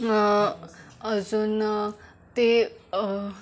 अजून ते